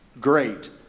great